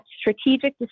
strategic